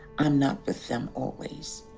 i'm not with them always.